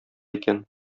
икән